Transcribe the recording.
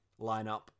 lineup